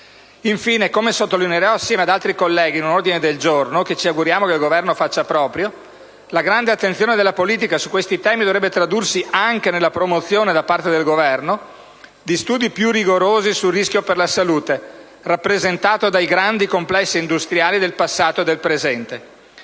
Infine, come sottolineerò assieme ad altri colleghi in un ordine del giorno che ci auguriamo il Governo accolga, la grande attenzione della politica su questi temi dovrebbe tradursi anche nella promozione, da parte del Governo, di studi più rigorosi sul rischio per la salute rappresentato dai grandi complessi industriali del passato e del presente.